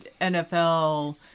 NFL